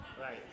Right